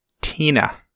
Tina